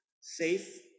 safe